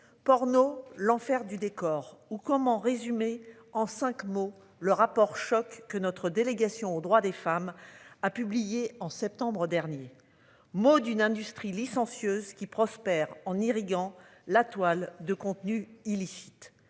porno l'enfer du décor ou comment résumer en 5 mots. Le rapport choc que notre délégation aux droits des femmes a publié en septembre dernier mot d'une industrie licencieuses qui prospère en irriguant la toile de contenus illicites.